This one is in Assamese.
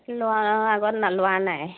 ল'ন আগত লোৱা নাই